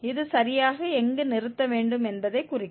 இது சரியாக எங்கு நிறுத்த வேண்டும் என்பதைக் குறிக்கும்